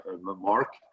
Mark